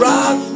Rock